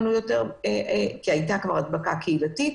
מכיוון שהייתה הדבקה קהילתית,